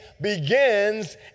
begins